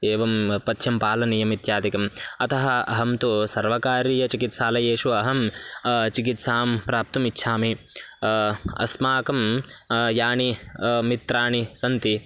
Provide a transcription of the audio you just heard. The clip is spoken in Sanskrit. एवं पथ्यं पालनीयम् इत्यादिकम् अतः अहं तु सर्वकारीयचिकित्सालयेषु अहं चिकित्सां प्राप्तुम् इच्छामि अस्माकं यानि मित्राणि सन्ति